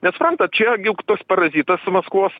bet suprantat čia juk tas parazitas maskvos